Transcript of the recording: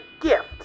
gift